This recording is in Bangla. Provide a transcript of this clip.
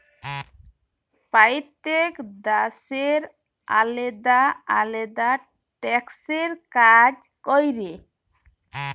প্যইত্তেক দ্যাশের আলেদা আলেদা ট্যাক্সের কাজ ক্যরে